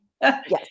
Yes